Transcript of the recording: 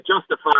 justify